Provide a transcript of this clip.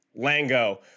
Lango